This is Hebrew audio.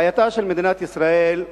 בעייתה של מדינת ישראל,